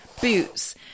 boots